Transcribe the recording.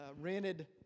rented